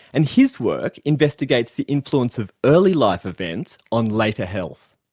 and his work investigates the influence of early life events on later health.